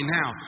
now